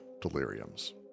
deliriums